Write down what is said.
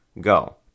Go